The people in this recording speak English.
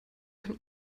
can